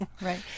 right